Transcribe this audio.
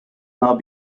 now